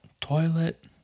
toilet